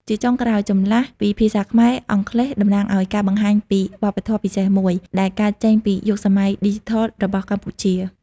ជាចុងក្រោយ ចម្លាស់ពីភាសាខ្មែរ-អង់គ្លេស តំណាងឱ្យការបង្ហាញពីវប្បធម៌ពិសេសមួយ ដែលកើតចេញពីយុគសម័យឌីជីថលរបស់កម្ពុជា។